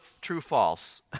true-false